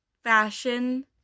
fashion